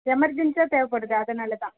எமர்ஜன்சியாக தேவைப்படுது அதனால் தான்